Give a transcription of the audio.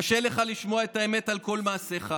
קשה לך לשמוע את האמת על כל מעשיך.